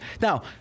Now